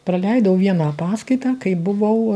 praleidau vieną paskaitą kai buvau